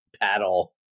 paddle